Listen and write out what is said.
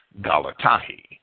Galatahi